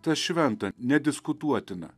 tas šventa nediskutuotina